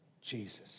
Jesus